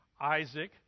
Isaac